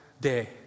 day